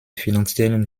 finanziellen